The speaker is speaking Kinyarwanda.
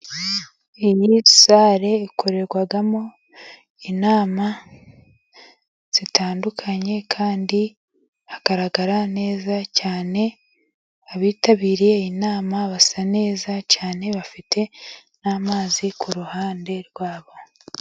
Iyi ni sare ikorerwamo inama zitandukanye, kandi hagaragara neza cyane abitabiriye inama, basa neza cyane, bafite n'amazi ku ruhande rwabo.